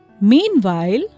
Meanwhile